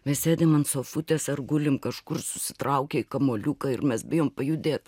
mes sėdim ant sofutės ar gulim kažkur susitraukę į kamuoliuką ir mes bijom pajudėt